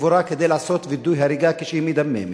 בגבורה כדי לעשות וידוא הריגה כשהיא מדממת.